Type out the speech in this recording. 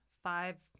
five